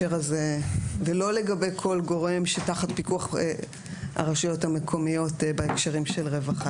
ולא לגבי כל גורם שתחת פיקוח הרשויות המקומיות בהקשרים של רווחה.